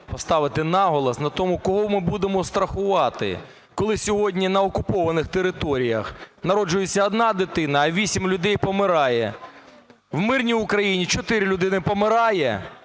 поставити наголос на тому, кого ми будемо страхувати, коли сьогодні на окупованих територіях народжується одна дитина а 8 людей помирає, в мирній Україні 4 людини помирає,